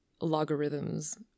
logarithms